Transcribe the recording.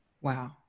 Wow